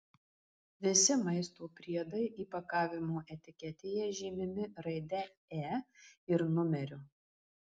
visi maisto priedai įpakavimo etiketėje žymimi raide e ir numeriu